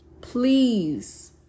please